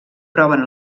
proven